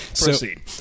proceed